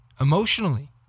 emotionally